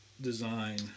design